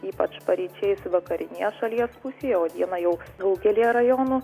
ypač paryčiais vakarinėje šalies pusėje o dieną jau daugelyje rajonų